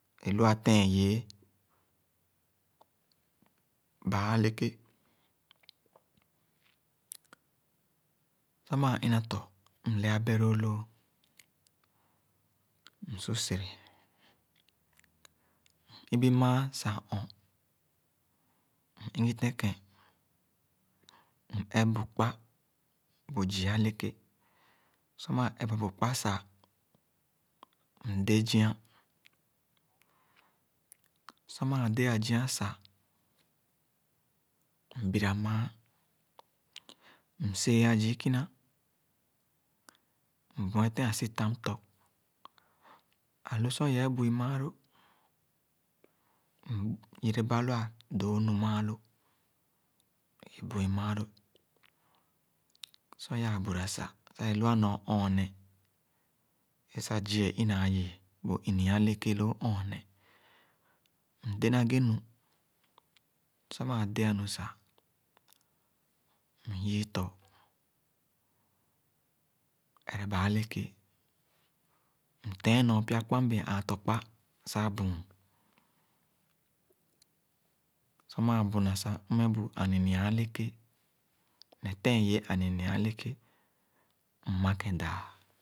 E lua tẽẽn-yee baa-eleké. Sor maa ina tɔ mlea beh-loo loo m-su sere. M-ibi mããn sah ɔn, m-igitẽnken sah ep bu kpa bu zii-eleké. Sor maa epba bu kpa sah mdé zia. Sor mãã dea zia sah mbira mããn, msẽẽ-a zii ikina, mbuetẽn a sitam tɔ. Ãhu sor i-yee bu-i maaló, myereba lo àdõõ nu maaló, ei bu-i maaló. Sor i-yee buira sah, é lua nyor ɔɔneh, é sah zii é ina-yii bu ini-ii eleké nyor-ɔɔneh, mde na ghe nu. Sor maa de-a nu sah, myii tɔ. Ereba ekeké, mtẽẽnɔn pya kpa mbee ããn tɔkpa sah büün. Sor mãã büüna sah mmeh bu aninyia eleke ne tẽẽn-iyie ani nyia eleké ne tẽẽn-iyie aninyia eleké, mma-ké daa